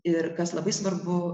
ir kas labai svarbu